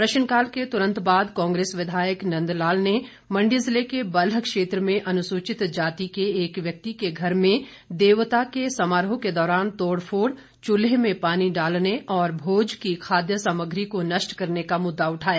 प्रश्नकाल के तुरंत बाद कांग्रेस विधायक नंदलाल ने मंडी जिले के बल्ह क्षेत्र में अनुसूचित जाति के एक व्यक्ति के घर में देवता के समारोह के दौरान तोड़ फोड़ चूल्हे में पानी डालने और भोज की खाद्य सामग्री को नष्ट करने का मुद्दा उठाया